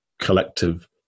collective